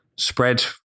spread